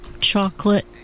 chocolate